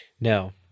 No